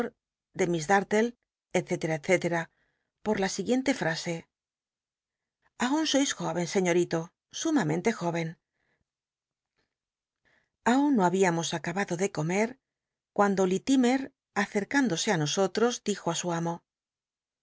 de miss da rile cte etc por la siguiente fmsc aun sois jóven señorito sumamente jóren aun no habíamos acabado de comer cuando littimcr acercrindosc i nosotros dijo ti su amo